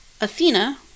Athena